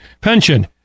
pension